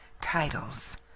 titles